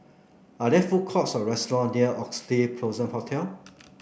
are there food courts or restaurant near Oxley Blossom Hotel